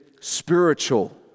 spiritual